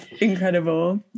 Incredible